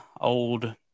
old